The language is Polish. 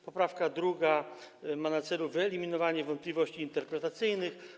Poprawka 2. ma na celu wyeliminowanie wątpliwości interpretacyjnych.